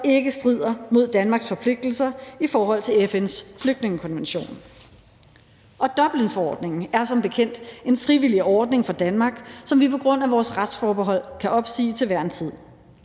ikke strider mod Danmarks forpligtelser i forhold til FN's flygtningekonvention. Og Dublinforordningen er som bekendt en frivillig ordning for Danmark, som vi på grund af vores retsforbehold kan opsige til hver en tid.